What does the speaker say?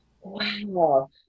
Wow